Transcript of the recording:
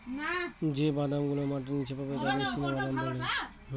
যে বাদাম গুলো মাটির নীচে পাবে তাকে চীনাবাদাম বলে